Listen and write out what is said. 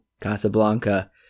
Casablanca